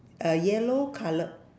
uh yellow coloured